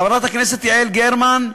חברת הכנסת יעל גרמן,